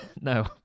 No